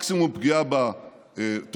מקסימום פגיעה בטרוריסטים,